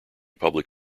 public